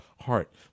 heart